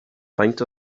faint